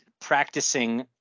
practicing